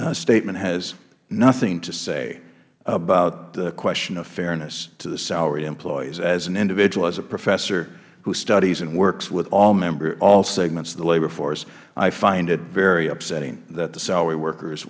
statement has nothing to say about the question of fairness to the salaried employees as an individual as a professor who studies and works with all members all segments of the labor force i find it very upsetting that the salaried workers